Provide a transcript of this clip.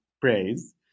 praise